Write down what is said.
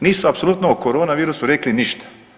Nisu apsolutno o corona virusu rekli ništa.